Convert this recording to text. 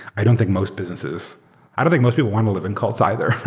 i don't think most businesses i don't think most people want to live in cults either,